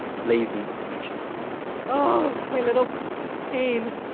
lazy, actually oh, my little pain.